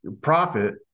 profit